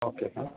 okay sir